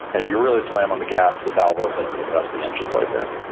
and if you really slam on the gas, the valve opens and lets the engine noise in.